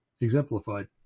exemplified